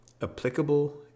applicable